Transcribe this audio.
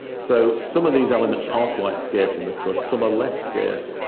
so some of these elements are quite scarce in the crust, some are less scarce,